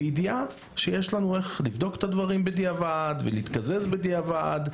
בידיעה שיש לנו איך לבדוק את הדברים בדיעבד ולהתקזז בדיעבד,